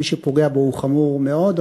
מי שפוגע בהם, הוא חמור מאוד.